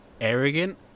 arrogant